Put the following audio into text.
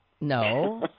No